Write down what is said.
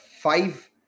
five